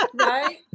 Right